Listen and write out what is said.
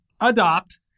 adopt